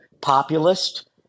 populist